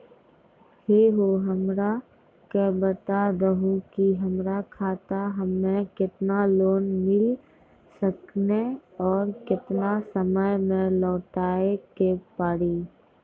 है हो हमरा के बता दहु की हमार खाता हम्मे केतना लोन मिल सकने और केतना समय मैं लौटाए के पड़ी?